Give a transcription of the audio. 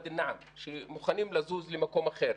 ואדי אל-נעם שמוכנים לזוז למקום אחר.